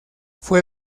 fue